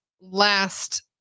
last